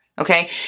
okay